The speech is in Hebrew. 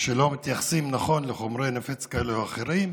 כשלא מתייחסים נכון לחומרי נפץ כאלה או אחרים.